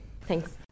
Thanks